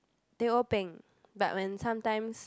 teh O peng but when sometimes